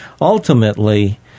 ultimately